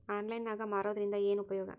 Online ನಾಗ್ ಮಾರೋದ್ರಿಂದ ಏನು ಉಪಯೋಗ?